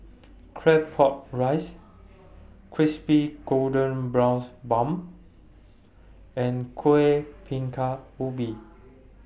Claypot Rice Crispy Golden Brown Bun and Kueh Bingka Ubi